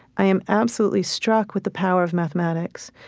i am absolutely struck with the power of mathematics,